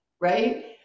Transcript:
right